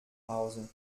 hause